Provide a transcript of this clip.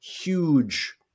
huge